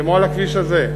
כמו על הכביש הזה,